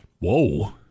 Whoa